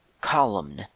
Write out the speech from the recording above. Column